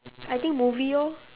I think movie orh